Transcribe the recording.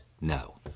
no